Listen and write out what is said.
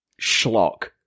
schlock